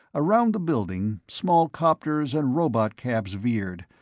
around the building, small copters and robotcabs veered,